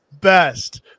best